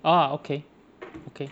ah okay okay